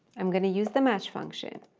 i'm going to use the match function.